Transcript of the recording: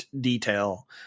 detail